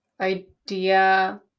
idea